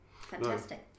Fantastic